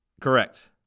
Correct